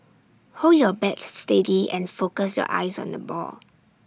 hold your bat steady and focus your eyes on the ball